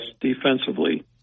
defensively